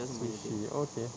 sushi okay